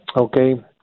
Okay